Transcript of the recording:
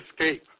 escape